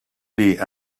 dir